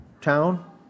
town